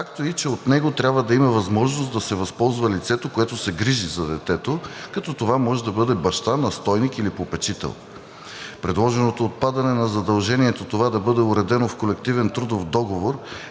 както и че от него трябва да има възможност да се възползва лицето, което се грижи за детето, като това може да бъде баща, настойник или попечител. Предложеното отпадане на задължението това да бъде уредено в колективен трудов договор е